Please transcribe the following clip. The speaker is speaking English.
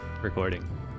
recording